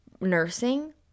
nursing